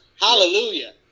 Hallelujah